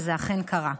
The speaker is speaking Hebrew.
וזה אכן קרה.